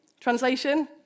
Translation